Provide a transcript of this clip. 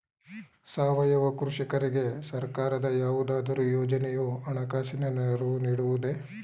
ಸಾವಯವ ಕೃಷಿಕರಿಗೆ ಸರ್ಕಾರದ ಯಾವುದಾದರು ಯೋಜನೆಯು ಹಣಕಾಸಿನ ನೆರವು ನೀಡುವುದೇ?